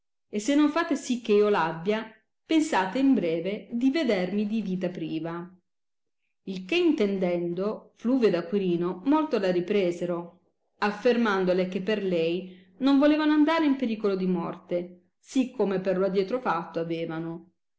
e se non fate sì che io l abbia pensate in breve di vedermi di vita priva il che intendendo fluvio ed acquirino molto la ripresero affermandole che per lei non volevano andare in pericolo di morte sì come per lo adietro fatto avevano